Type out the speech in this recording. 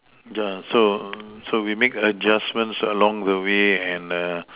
yeah so so we make adjustments along the way and err